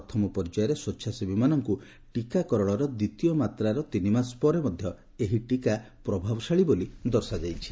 ପ୍ରଥମ ପର୍ଯ୍ୟାୟରେ ସ୍ପେଚ୍ଛାସେବୀମାନଙ୍କୁ ଟୀକାକରଣର ଦ୍ୱିତୀୟ ମାତ୍ରାର ତିନିମାସ ପରେ ମଧ୍ୟ ଏହି ଟିକା ପ୍ରଭାବଶାଳୀ ବୋଲି ଦର୍ଶାଯାଇଛି